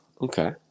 okay